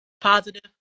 positive